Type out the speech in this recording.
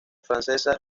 francesa